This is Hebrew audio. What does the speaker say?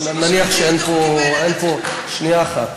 נניח שאין פה, שנייה אחת.